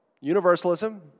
Universalism